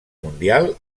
mundial